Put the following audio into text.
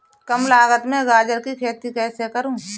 कम लागत में गाजर की खेती कैसे करूँ?